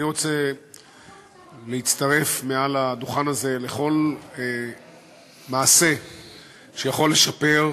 אני רוצה להצטרף מעל הדוכן הזה לכל מעשה שיכול לשפר,